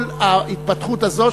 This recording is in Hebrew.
כל ההתפתחות הזאת,